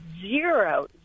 zero